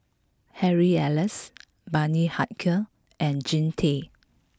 Harry Elias Bani Haykal and Jean Tay